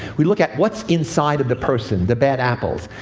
we look at what's inside of the person, the bad apples.